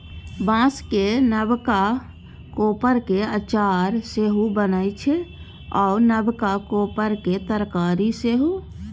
बाँसक नबका कोपरक अचार सेहो बनै छै आ नबका कोपर केर तरकारी सेहो